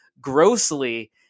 grossly